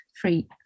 free